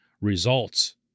results